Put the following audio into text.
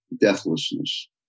deathlessness